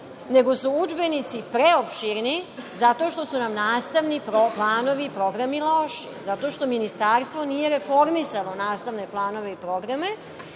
nego su udžbenici preopširni zato što su nam nastavni planovi i programi loši. Zato što Ministarstvo nije reformisalo nastavne planove i programe.